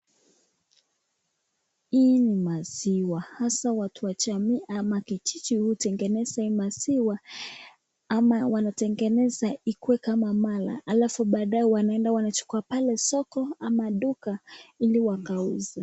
Hii ni maziwa, hasa watu wa jamii ama kijiji hutengeneza hii maziwa ama wanatengeneza ikuwe kama mala halafu baadaye wanaenda wanachukua pale soko ama duka ili wakauze.